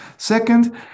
Second